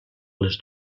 les